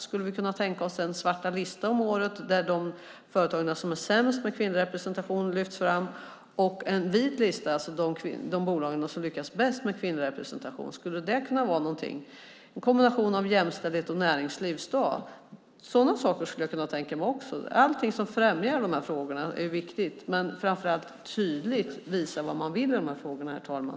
Skulle man kunna tänka sig en svart lista där de företag som är sämst på kvinnlig representation lyfts fram och en vit lista med de bolag som lyckas bäst med kvinnlig representation? Skulle man kunna ha en kombination av jämställdhets och näringslivsdag? Sådana saker skulle jag kunna tänka mig. Allt som främjar dessa frågor är viktigt, men framför allt måste man tydligt visa vad man vill i dessa frågor, herr talman.